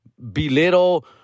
belittle